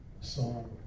song